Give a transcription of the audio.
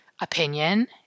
Opinion